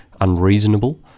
unreasonable